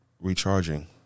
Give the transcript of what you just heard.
Recharging